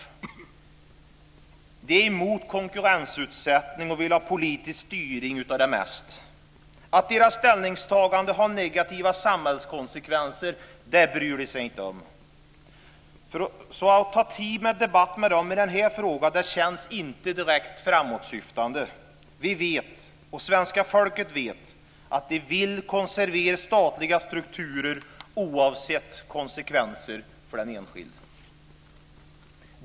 Vänsterpartisterna är emot konkurrensutsättning och vill ha politisk styrning av det mesta. Att deras ställningstagande har negativa samhällskonsekvenser bryr de sig inte om. Att ta tid till debatt med dem i den här frågan känns inte direkt framåtsyftande. Vi vet, och svenska folket vet, att de vill konservera statliga strukturer oavsett konsekvenser för den enskilde.